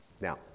Now